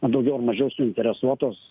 daugiau ar mažiau suinteresuotos